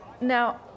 now